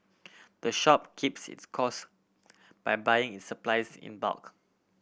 the shop keeps its cost by buying its supplies in bulk